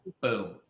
Boom